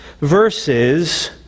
verses